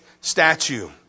statue